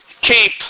keep